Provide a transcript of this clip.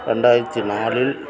ரெண்டாயிரத்து நாலில்